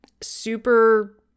super